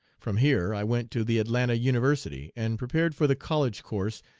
from here i went to the atlanta university, and prepared for the college course,